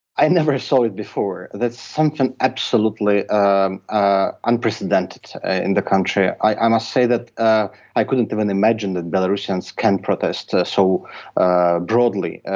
i never saw it before. that's something absolutely um ah unprecedented ah in the country. i must say that ah i couldn't even imagine that belarusians can protest so ah broadly.